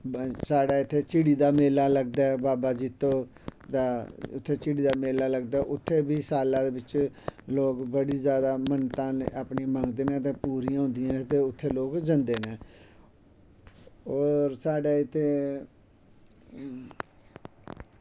साढ़ै इत्थे झिड़ी दा मेला लगदा ऐ बाबा जित्तो उत्थै झिड़ी दा मेला लगदा ऐ उत्थै बी साल्लै दै बिच्च लोक बड़ी जादा मन्नता अपनी मंगदे न ते पूरियां होंदियां ते लोक उत्थे जंदे न होर साढ़ै इत्त